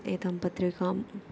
एतां पत्रिकाम्